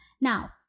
now